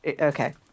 Okay